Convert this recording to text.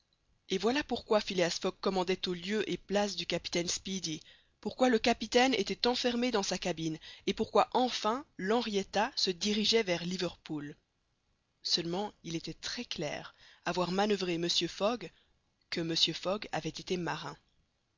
et voilà pourquoi phileas fogg commandait au lieu et place du capitaine speedy pourquoi le capitaine était enfermé dans sa cabine et pourquoi enfin l'henrietta se dirigeait vers liverpool seulement il était très clair à voir manoeuvrer mr fogg que mr fogg avait été marin